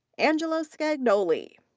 angelo scagnoli.